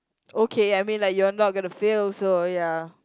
okay I mean like you're not gonna fail so ya